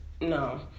no